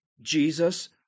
Jesus